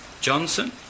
Johnson